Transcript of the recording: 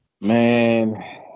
Man